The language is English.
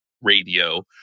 radio